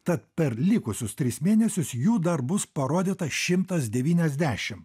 tad per likusius tris mėnesius jų dar bus parodyta šimtas devyniasdešim